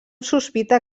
sospita